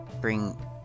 bring